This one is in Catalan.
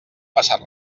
passar